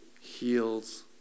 heals